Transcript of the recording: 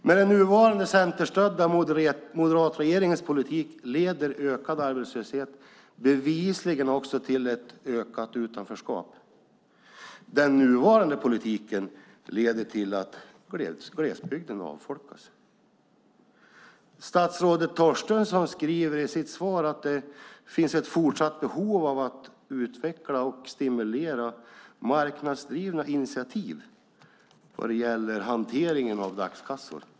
Med den nuvarande centerstödda moderatregeringens politik leder ökad arbetslöshet bevisligen också till ökat utanförskap. Den nuvarande politiken leder till att glesbygden avfolkas. Statsrådet Torstensson skriver i sitt svar att det finns ett fortsatt behov av att utveckla och stimulera marknadsdrivna initiativ vad gäller hanteringen av dagskassor.